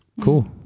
Cool